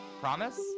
promise